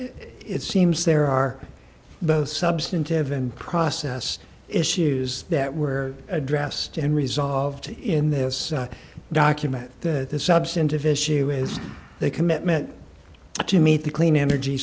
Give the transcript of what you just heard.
seems there are both substantive and process issues that were addressed and resolved in this document that the substantive issue is the commitment to meet the clean energy